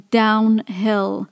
downhill